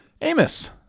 Amos